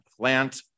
plant